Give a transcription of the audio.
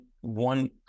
one